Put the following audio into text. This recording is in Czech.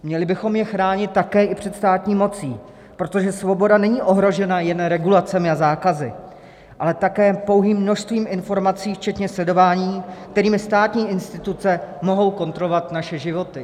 Měli bychom je chránit také i před státní mocí, protože svoboda není ohrožena jen regulacemi a zákazy, ale také pouhým množstvím informací včetně sledování, kterými státní instituce mohou kontrolovat naše životy.